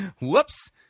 Whoops